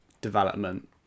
development